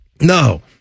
no